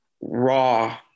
raw